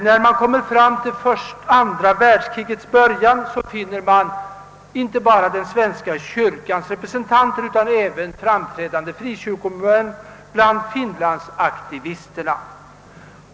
Vid det andra världskrigets början fanns inte bara den svenska kyrkans representanter utan även framträdande frikyrkomän bland finlandsaktivisterna.